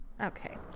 Okay